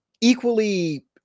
equally